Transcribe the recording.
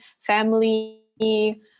family